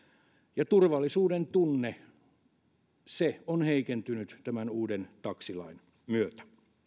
ja turvallisuudentunne on heikentynyt tämän uuden taksilain myötä